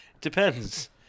depends